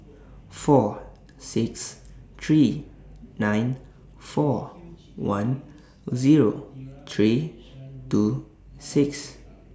four six three nine four one Zero three two six